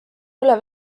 üle